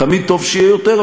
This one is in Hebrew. תמיד טוב שיהיה יותר,